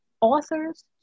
authors